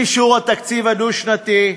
עם אישור התקציב הדו-שנתי,